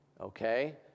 Okay